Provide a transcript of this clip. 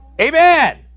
Amen